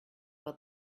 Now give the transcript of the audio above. for